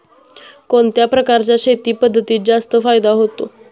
कोणत्या प्रकारच्या शेती पद्धतीत जास्त फायदा होतो?